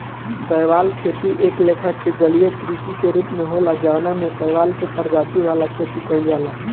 शैवाल खेती एक लेखा के जलीय कृषि के रूप होला जवना में शैवाल के प्रजाति वाला खेती कइल जाला